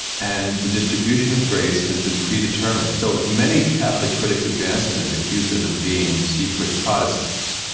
and the distribution of grace has been predetermined. so many catholic critics of jansenists accuse them of being secret protestants.